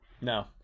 no